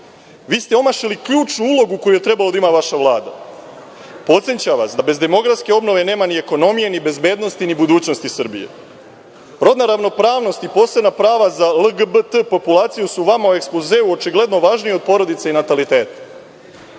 Vi ste omašili ključnu ulogu koji je trebalo da ima vaša Vlada. Podsećam vas da bez demografske obnove nema ni ekonomije ni bezbednosti ni budućnosti Srbije. Rodna ravnopravnost i posebna prava za LGBT populaciju su vama u ekspozeu očigledno važnija od porodice i nataliteta.